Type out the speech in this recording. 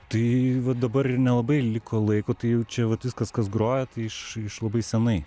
tai vat dabar ir nelabai liko laiko tai jau čia vat viskas kas groja tai iš iš labai senai